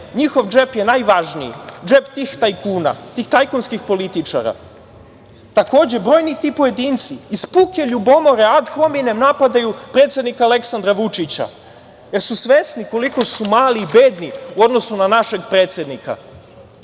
Njihov džep je najvažniji, džep tih tajkuna, tih tajkunskih političara. Takođe, brojni ti pojedinci iz puke ljubomore ad homine napadaju predsednika Aleksandra Vučića, jer su svesni koliko su mali i bedni u odnosu na našeg predsednika.